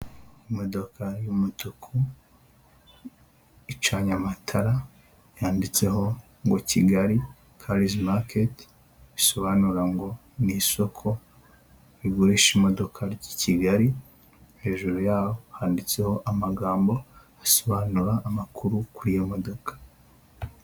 Imodoka y'umutuku, icanye amatara yanditseho ngo Kigali karizi maketi, bisobanura ngo ni isoko rigurisha imodoka ry'i Kigali, hejuru y'aho handitseho amagambo asobanura amakuru kuri iyo modoka.